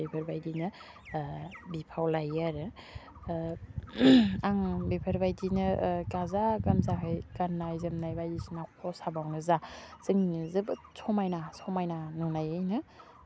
बेफोरबायदिनो बिफाव लायो आरो आं बेफोरबायदिनो गाजा गोमजाहै गान्नाय जोमनाय बायदिसिना खसाबावनो जा जोंनि जोबोद समायना समायना नुनायैनो